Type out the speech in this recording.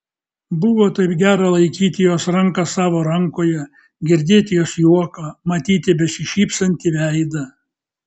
buvo taip gera laikyti jos ranką savo rankoje girdėt jos juoką matyti besišypsantį veidą